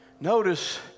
notice